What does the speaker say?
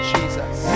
Jesus